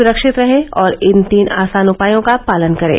सुरक्षित रहें और इन तीन आसान उपायों का पालन करें